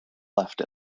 left